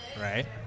Right